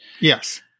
Yes